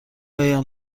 آیم